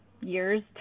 years